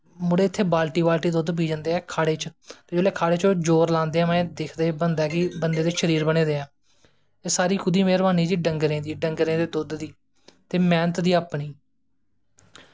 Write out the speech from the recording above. मुड़े इत्थें बाल्टी बाल्टी दुद्ध पी जंदे ऐं खाड़े बिच्च ते जिसलै ओङ् खाड़े बिच्च जोर लांदे ऐं बंदे दिखदे कि बंदे दे शऱीर बने दे ऐं एह् सारी मैह्रवानी कोह्दी जी डंगरें दी डंगकरें दे दुध्द दी ते मैह्नत दी